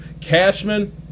Cashman